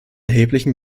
erheblichen